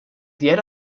diğer